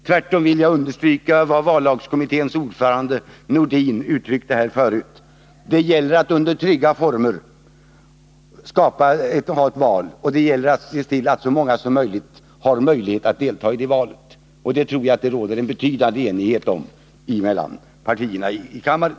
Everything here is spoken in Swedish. Tvärtom vill jag understryka vad vallagskommitténs ordförande herr Nordin uttalade här förut, nämligen att det gäller att ha ett val under trygga former och se till att så många som möjligt kan delta i det valet. Jag tror att det råder en betydande enighet om detta mellan partierna här i kammaren.